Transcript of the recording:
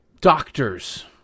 doctors